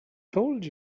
told